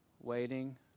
Waiting